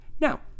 Now